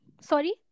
sorry